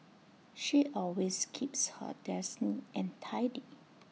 she always keeps her desk neat and tidy